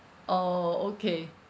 oh okay